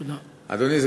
תודה.